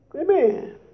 Amen